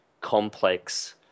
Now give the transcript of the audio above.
complex